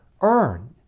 earn